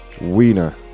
Wiener